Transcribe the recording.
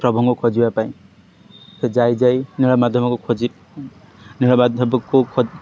ପ୍ରଭୁଙ୍କୁ ଖୋଜିବା ପାଇଁ ସେ ଯାଇ ଯାଇ ନୀଳମାଧବଙ୍କୁ ଖୋଜି ନୀଳମାଧବଙ୍କୁ ଖ